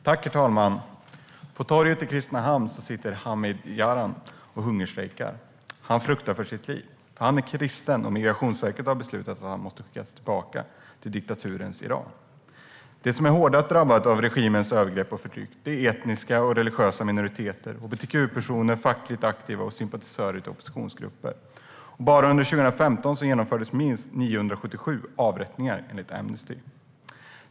Herr talman! På torget i Kristinehamn sitter Hamid Aryan och hungerstrejkar. Han fruktar för sitt liv. Han är kristen, och Migrationsverket har beslutat att han måste skickas tillbaka till diktaturens Iran. De som är hårdast drabbade av regimens övergrepp och förtryck är etniska och religiösa minoriteter, hbtq-personer, fackligt aktiva och sympatisörer med oppositionsgrupper. Bara under 2015 genomfördes minst 977 avrättningar, enligt Amnesty.